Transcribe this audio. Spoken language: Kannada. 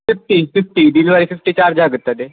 fifty fifty delivery fifty charge ಆಗುತ್ತದೆ